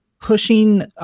pushing